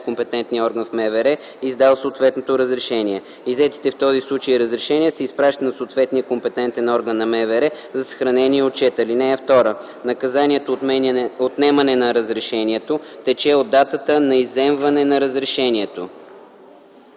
компетентния орган в МВР, издал съответното разрешение. Иззетите в този случай разрешения се изпращат на съответния компетентен орган на МВР за съхранение и отчет. (2) Наказанието „отнемане на разрешението” тече от датата на изземване на разрешението.”